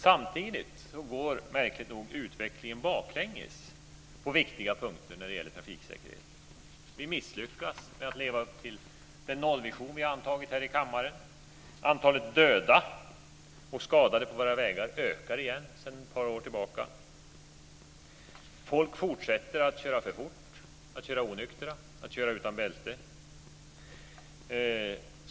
Samtidigt går märkligt nog utvecklingen baklänges på viktiga punkter när det gäller trafiksäkerheten. Vi misslyckas med att leva upp till den nollvision vi antagit här i kammaren. Antalet döda och skadade på våra vägar ökar igen sedan ett par år tillbaka. Folk fortsätter att köra för fort, att köra onyktra och att köra utan bälte.